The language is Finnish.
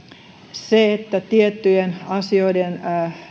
se että tiettyjen asioiden